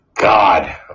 God